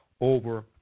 over